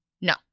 No